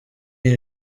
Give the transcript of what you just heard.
iyi